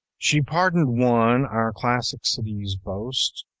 she pardoned one, our classic city's boast.